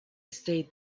stayed